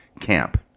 camp